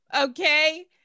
okay